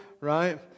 right